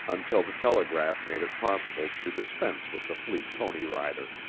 until the telegraph made it possible to dispense with the fleet pony rider.